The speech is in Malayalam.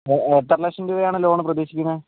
എത്ര ലക്ഷം രൂപയാണ് ലോണ് പ്രതീക്ഷിക്കുന്നത്